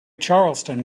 charleston